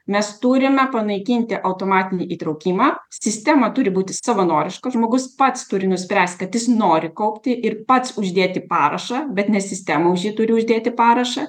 mes turime panaikinti automatinį įtraukimą sistema turi būti savanoriška žmogus pats turi nuspręst kad jis nori kaupti ir pats uždėti parašą bet ne sistema už jį turi uždėti parašą